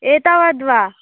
एतावद्वा